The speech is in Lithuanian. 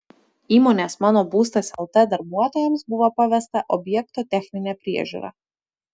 įmonės mano būstas lt darbuotojams buvo pavesta objekto techninė priežiūra